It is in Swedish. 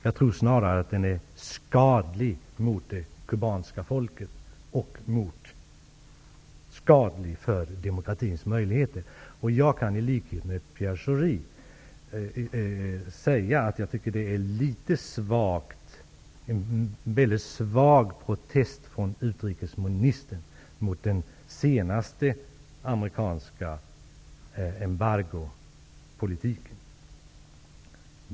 Jag tror snarare att den är skadlig för det kubanska folket och för demokratins möjligheter. I likhet med Pierre Schori kan jag säga att jag tycker att det är en väldigt svag protest från utrikesministern mot den senaste amerikanska embargopolitiken.